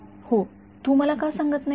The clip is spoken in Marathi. हो तू मला का सांगत नाहीस